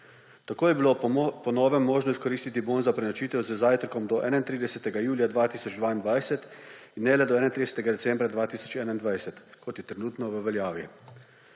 Tako je bilo po novem možno izkoristiti bon za prenočitev z zajtrkom do 31. julija 2022 in ne le do 31. decembra 2021, kot je trenutno v veljavi.